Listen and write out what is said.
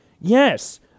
Yes